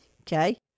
Okay